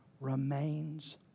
remains